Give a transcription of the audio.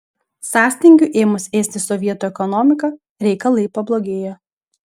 sąstingiui ėmus ėsti sovietų ekonomiką reikalai pablogėjo